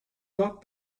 thought